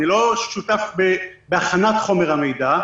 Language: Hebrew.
אני לא שותף בהכנת חומר המידע.